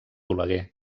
oleguer